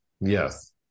Yes